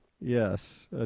Yes